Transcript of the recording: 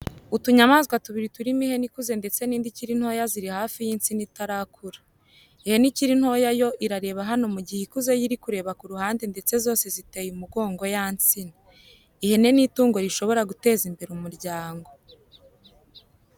Utunyamaswa tubiri turimo ihene ikuze ndetse n'indi ikiri nto ziri hafi y'insina itarakura. Ihene ikiri nto yo irareba hano mu gihe ikuze yo iri kureba ku ruhande ndetse zose ziteye umugongo ya nsina. Ihene ni itungo rishobora guteza imbere umuryango.